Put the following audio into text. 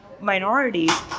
minorities